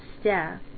staff